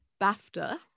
BAFTA